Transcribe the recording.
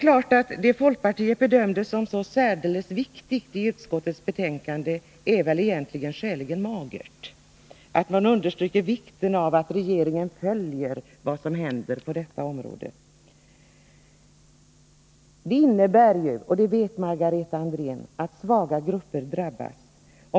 Vad folkpartiet bedömde som särdeles viktigt i utskottets betänkande är väl egentligen skäligen magert — att man understryker vikten av att regeringen följer vad som händer på detta område. Förslaget innebär ju — och det vet Margareta Andrén — att även svaga grupper drabbas.